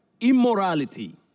Immorality